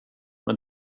men